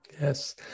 Yes